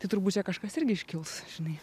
tai turbūt čia kažkas irgi iškils žinai